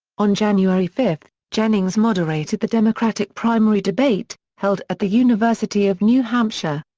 on january five, jennings moderated the democratic primary debate, held at the university of new hampshire.